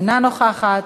אינה נוכחת,